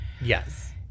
Yes